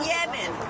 Yemen